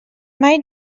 mai